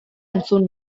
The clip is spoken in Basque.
entzun